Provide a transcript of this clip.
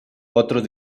otros